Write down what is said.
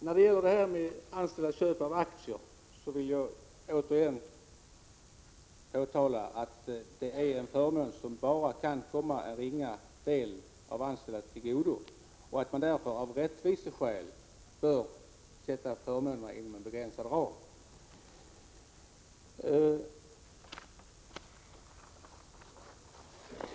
När det gäller detta med anställdas köp av aktier vill jag återigen påtala att det är en förmån som bara kan komma en ringa del av de anställda till godo. Därför bör man av rättviseskäl hålla förmånerna inom en begränsad ram.